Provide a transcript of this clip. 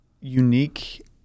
unique